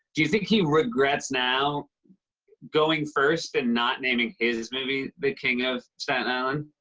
do you think he regrets now going first and not naming his movie the king of staten island?